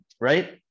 right